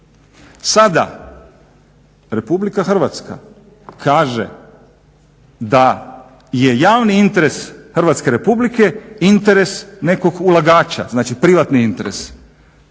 Sada RH kaže da je javni interes Hrvatske Republike interes nekog ulagača, znači privatni interes.